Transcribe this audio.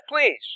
please